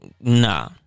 Nah